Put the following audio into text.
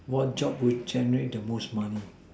what job would generate the most money